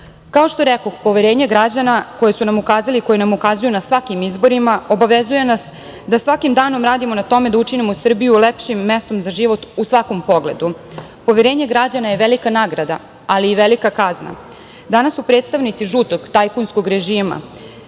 SNS.Kao što rekoh, poverenje građana koji su nam ukazali, koje nam ukazuju na svakim izborima, obavezuje nas da svaki danom radimo na tome da učinimo Srbiju lepšim mestom za život u svakom pogledu. Poverenje građana je velika nagrada, ali i velika kazna. Danas su predstavnici žutog tajkunskog režima